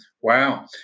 Wow